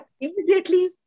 immediately